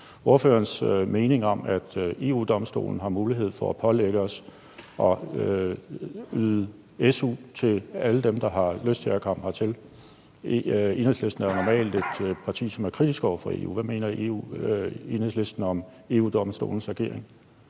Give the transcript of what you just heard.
ordførerens mening om, at EU-Domstolen har mulighed for at pålægge os at give su til alle dem, der har lyst til at komme hertil? Enhedslisten er jo normalt et parti, som er kritisk over for EU. Hvad mener Enhedslisten om EU-Domstolens ageren?